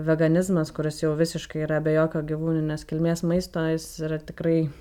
veganizmas kuris jau visiškai yra be jokio gyvūninės kilmės maisto jis yra tikrai